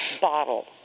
bottle